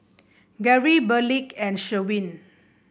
Gary Berkley and Sherwin